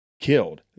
killed